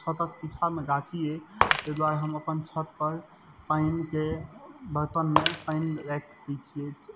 छतक पीछाँमे गाछी अछि ताहि दुआरे हम अपन छत पर पानिके बर्तनमे पानि राइशखि दै छियै